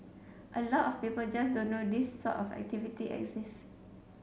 a lot of people just don't know this sort of activity exists